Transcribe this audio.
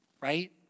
right